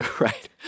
Right